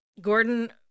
Gordon